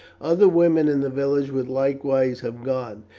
other women in the village would likewise have gone,